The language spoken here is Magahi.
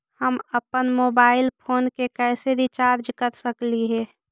हम अप्पन मोबाईल फोन के कैसे रिचार्ज कर सकली हे?